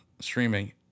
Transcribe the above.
streaming